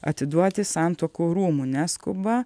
atiduoti santuokų rūmų neskuba